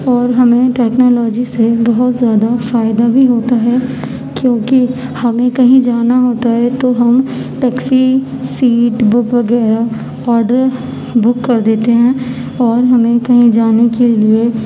اور ہمیں ٹیکنالوجی سے بہت زیادہ فائدہ بھی ہوتا ہے کیوںکہ ہمیں کہیں جانا ہوتا ہے تو ہم ٹیکسی سیٹ بک وغیرہ آڈر بک کر دیتے ہیں اور ہمیں کہیں جانے کے لیے